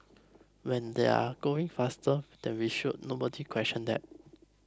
when they are going faster than we should nobody questioned that